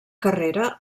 carrera